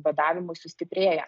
badavimui sustiprėja